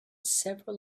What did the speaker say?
several